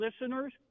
listeners